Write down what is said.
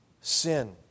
sin